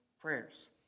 prayers